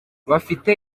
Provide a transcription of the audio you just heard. bafite